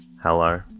Hello